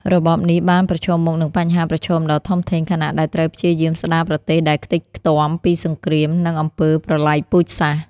របបនេះបានប្រឈមមុខនឹងបញ្ហាប្រឈមដ៏ធំធេង ខណៈដែលត្រូវព្យាយាមស្ដារប្រទេសដែលខ្ទេចខ្ទាំពីសង្គ្រាម និងអំពើប្រល័យពូជសាសន៍។